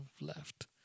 left